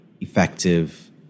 effective